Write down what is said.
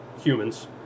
humans